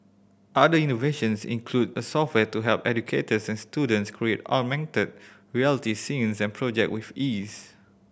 other innovations include a software to help educators and students create augmented reality scenes and project with ease